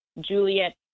Juliet